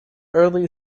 early